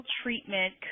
treatment